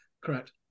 correct